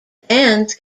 bands